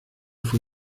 fue